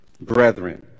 brethren